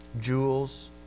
jewels